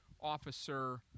officer